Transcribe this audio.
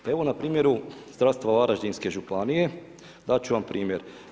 Pa evo na primjeru zdravstva Varaždinske županije dat ću vam primjer.